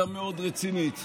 אלא מאוד רצינית.